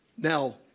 Now